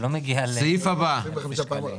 "(ג)חוב חלוט,